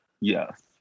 Yes